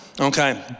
Okay